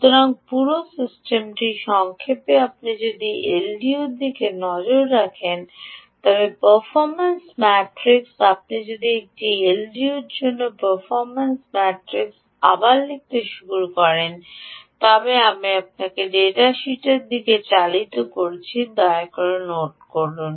সুতরাং পুরো সিস্টেমটি সংক্ষেপে আপনি যদি এলডিওটির দিকে নজর রাখেন পারফরম্যান্স ম্যাট্রিক্স আপনি যদি একটি এলডিওর জন্য পারফরম্যান্স ম্যাট্রিক্সটি আবার লিখতে শুরু করেন তবে আমি আপনাকে ডাটা শীটের দিকে চালিত করছি দয়া করে নোট করুন